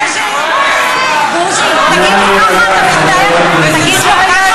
מה זה קשור להסתה נגד הנשיא?